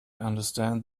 understand